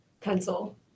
Pencil